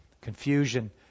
confusion